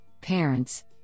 parents